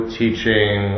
teaching